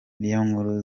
niyonkuru